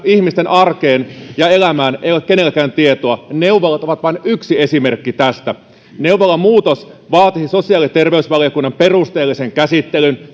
ihmisten arkeen ja elämään ei ole kenelläkään tietoa neuvolat ovat vain yksi esimerkki tästä neuvolamuutos vaatisi sosiaali ja terveysvaliokunnan perusteellisen käsittelyn